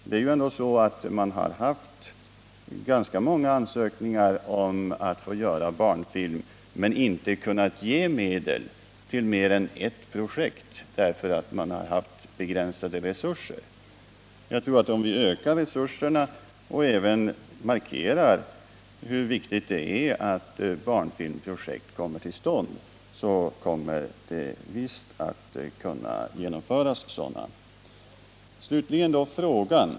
Det har kommit in ganska många ansökningar om att få göra barnfilm. Men man har inte kunnat ge medel till mer än ett projekt, eftersom man har haft begränsade resurser. Om vi ökar resurserna och även markerar hur viktigt det är att barnfilmprojekt kommer till stånd, kommer sådana säkerligen att kunna genomföras. Slutligen då frågan.